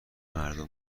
مردم